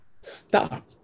stop